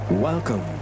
Welcome